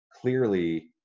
clearly